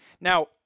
Now